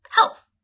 health